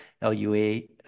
l-u-a